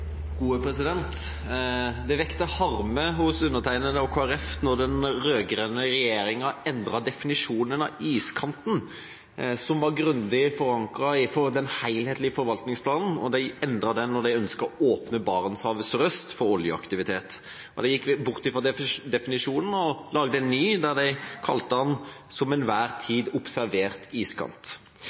den rød-grønne regjeringa endret definisjonen av iskanten, som var grundig forankret i den helhetlige forvaltningsplanen. De endret den da de ønsket å åpne Barentshavet sørøst for oljeaktivitet. De gikk bort fra definisjonen og lagde en ny, der de definerte den som «den til enhver tid observerte iskant».